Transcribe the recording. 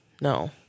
No